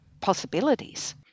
possibilities